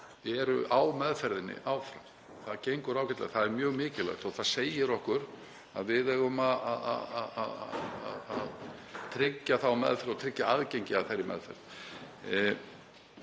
2014 eru í meðferðinni áfram. Það gengur ágætlega. Það er mjög mikilvægt og það segir okkur að við eigum að tryggja þá meðferð og tryggja aðgengi að henni.